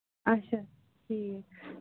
اَچھا ٹھیٖک